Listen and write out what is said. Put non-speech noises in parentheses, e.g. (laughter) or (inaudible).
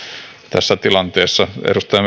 tässä tilanteessa edustaja (unintelligible)